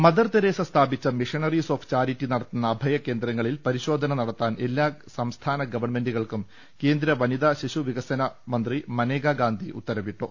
Mother Teresa സ്ഥാപിച്ച missionaries of charity നടത്തുന്ന അഭയകേന്ദ്രങ്ങളിൽ പരിശോധന നടത്താൻ എല്ലാ സംസ്ഥാന ഗവൺമെന്റുകൾക്കും കേന്ദ്ര വനിത ശിശുവികസന മന്ത്രി മനേക ഗാന്ധി ഉത്തരവിട്ടു